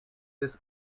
this